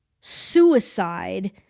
suicide